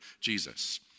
Jesus